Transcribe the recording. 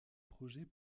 projet